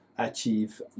achieve